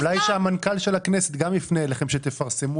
אולי שגם המנכ"ל של הכנסת יפנה אליכם שתפרסמו